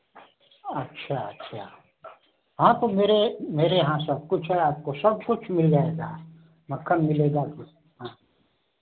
अच्छा अच्छा हाँ तो मेरे मेरे यहाँ सब कुछ है आपको सब कुछ मिल जाएगा मक्खन मिलेगा आपको हाँ